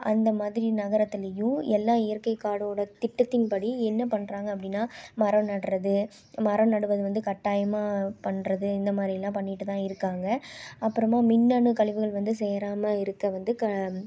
அந்த மாதிரி நகரத்துலையும் எல்லா இயற்கை காடோட திட்டத்தின் படி என்ன பண்ணுறாங்க அப்படின்னா மரம் நடுறது மரம் நடுவது வந்து கட்டாயமாக பண்ணுறது இந்த மாதிரியெல்லாம் பண்ணிகிட்டு தான் இருக்காங்க அப்புறமாக மின்னணு கழிவுகள் வந்து சேராம இருக்க வந்து க